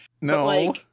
No